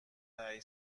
هشت